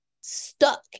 stuck